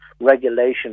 regulation